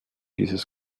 dieses